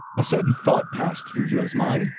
a sudden thought passed through joe's mind.